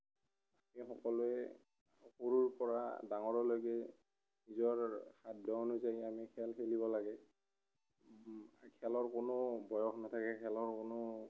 খেল সকলোৱে সৰুৰ পৰা ডাঙৰলৈকে নিজৰ সাধ্য অনুযায়ী আমি খেল খেলিব লাগে খেলৰ কোনো বয়স নাথাকে খেলৰ কোনো